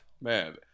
man